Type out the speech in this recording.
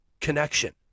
connection